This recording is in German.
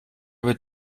wird